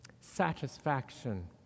satisfaction